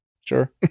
Sure